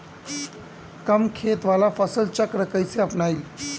कम खेत वाला फसल चक्र कइसे अपनाइल?